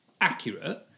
Accurate